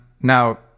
Now